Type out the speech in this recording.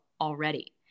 already